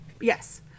yes